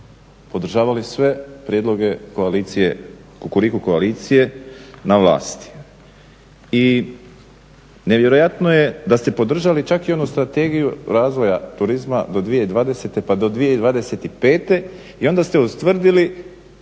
podržavali sve prijedloge koalicije, Kukuriku koalicije na vlasti i nevjerojatno je da ste podržali čak i onu Strategiju razvoja turizma do 2020. pa do 2025. i onda ste ustvrdili